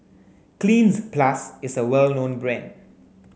Cleanz Plus is a well known brand